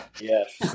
Yes